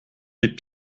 les